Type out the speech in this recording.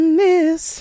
miss